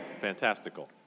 Fantastical